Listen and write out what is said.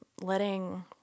letting